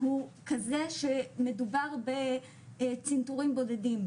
הוא כזה שמדובר בצנתורים בודדים,